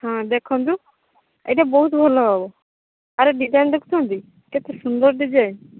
ହଁ ଦେଖନ୍ତୁ ଏଇଟି ବହୁତ ଭଲ ହେବ ୟାର ଡିଜାଇନ୍ ଦେଖୁଛନ୍ତି କେତେ ସୁନ୍ଦର ଡିଜାଇନ୍